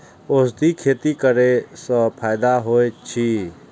औषधि खेती करे स फायदा होय अछि?